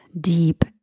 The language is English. deep